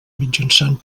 mitjançant